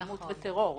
אלימות וטרור -- נכון.